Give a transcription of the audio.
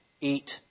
eat